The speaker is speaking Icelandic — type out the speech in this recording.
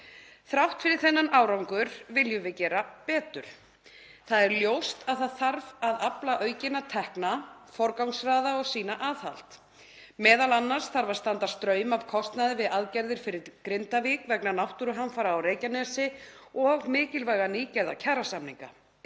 Þrátt fyrir þennan árangur viljum við gera betur. Það er ljóst að það þarf að afla aukinna tekna, forgangsraða og sýna aðhald. Meðal annars þarf að standa straum af kostnaði við aðgerðir fyrir Grindavík vegna náttúruhamfara á Reykjanesskaga og mikilvæga nýgerða kjarasamninga.